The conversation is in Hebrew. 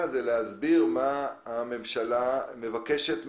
היא להסביר מה הממשלה מבקשת מהוועדה.